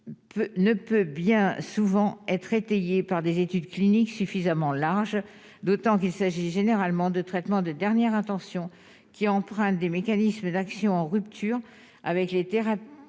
ne peut bien souvent être étayé par des études cliniques suffisamment large, d'autant qu'il s'agit généralement de traitement de dernière intention qui emprunte des mécanismes d'action en rupture avec les thérapies